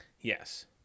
Yes